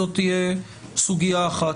זו תהיה סוגיה אחת.